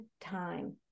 time